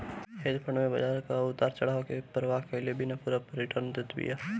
hedge fund में बाजार कअ उतार चढ़ाव के परवाह कईले बिना पूरा रिटर्न देत बिया